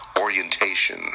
orientation